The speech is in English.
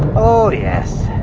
oh, yes.